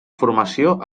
formació